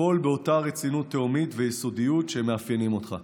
הכול באותה רצינות תהומית ויסודיות שמאפיינות אותך.